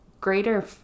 greater